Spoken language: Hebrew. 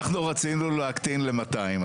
אנחנו רצינו להקטין ל-200.